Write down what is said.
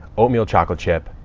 oatmeal chocolate chip.